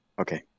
Okay